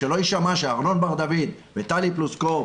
שלא יישמע שארנון בר דוד וטלי פלוסקוב